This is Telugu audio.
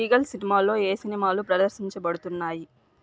రీగల్ సినిమాలో ఏ సినిమాలు ప్రదర్శించబడుతున్నాయి